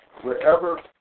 wherever